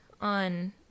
on